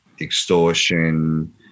extortion